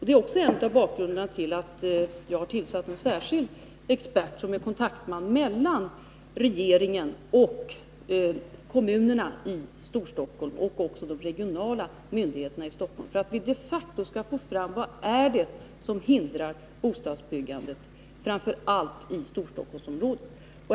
Det är också en av anledningarna till att jag har tillsatt en särskild expert som är kontaktman mellan regeringen och kommunerna i Storstockholm och även de regionala myndigheterna i Stockholm, för att vi de facto skall få fram vad det är som hindrar bostadsbyggandet, framför allt i Storstockholmsområdet.